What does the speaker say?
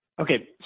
Okay